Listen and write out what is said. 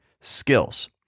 skills